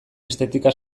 estetika